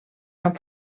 amb